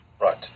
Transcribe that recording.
Right